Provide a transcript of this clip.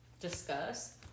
discuss